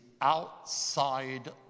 outside